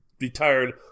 retired